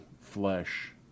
flesh